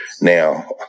now